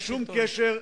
אין שום קשר.